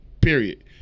period